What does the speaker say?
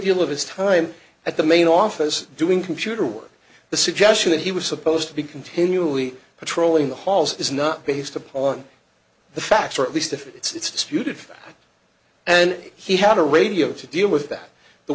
deal of his time at the main office doing computer work the suggestion that he was supposed to be continually patrolling the halls is not based upon the facts or at least if it's disputed and he had a radio to deal with that the